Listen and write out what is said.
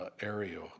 Area